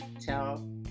tell